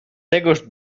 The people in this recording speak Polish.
tegoż